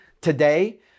today